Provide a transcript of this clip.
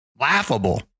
laughable